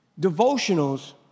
Devotionals